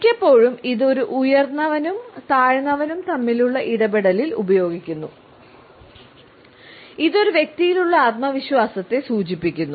മിക്കപ്പോഴും ഇത് ഒരു ഉയർന്നവനും താഴ്ന്നവനും തമ്മിലുള്ള ഇടപെടലിൽ ഉപയോഗിക്കുന്നു ഇത് ഒരു വ്യക്തിയിലുള്ള ആത്മവിശ്വാസത്തെ സൂചിപ്പിക്കുന്നു